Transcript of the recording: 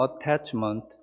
attachment